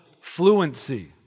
Fluency